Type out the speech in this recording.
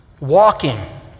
walking